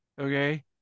okay